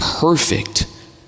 perfect